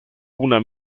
una